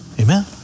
Amen